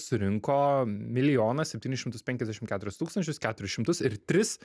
surinko milijoną septynis šimtus penkiasdešim keturis tūkstančius keturis šimtus ir tris